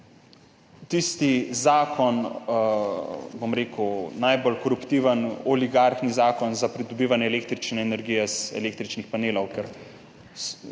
tisti, bom rekel, najbolj koruptiven, oligarhni zakon za pridobivanje električne energije iz električnih panelov, ker